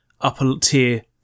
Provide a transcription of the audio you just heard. upper-tier